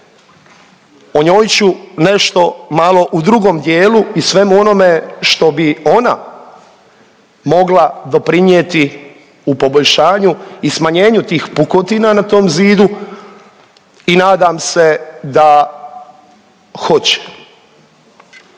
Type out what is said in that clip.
O njoj ću nešto malo u drugom dijelu i svemu onome što bi ona mogla doprinijeti u poboljšanju i smanjenju tih pukotina tom zidu i nadam se da hoće.